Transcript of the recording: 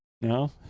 No